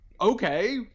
Okay